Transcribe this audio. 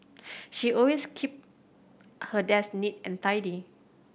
she always keep her desk neat and tidy